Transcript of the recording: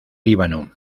líbano